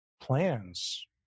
plans